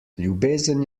ljubezen